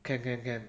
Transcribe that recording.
can can can